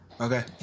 Okay